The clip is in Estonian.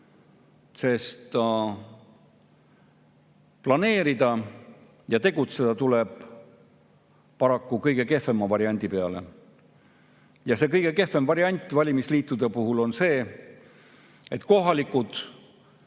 sest planeerida ja tegutseda tuleb kõige kehvema variandi alusel. See kõige kehvem variant valimisliitude puhul on see, et kohalikud,